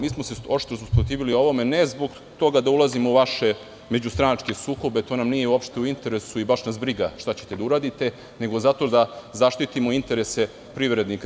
Mi smo se oštro usprotivili ovome ne zbog toga da ulazimo u vaše međustranačke sukobe, to nam uopšte nije u interesu i baš nas briga šta ćete da uradite, nego zato da zaštitimo interese privrednika.